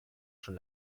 schon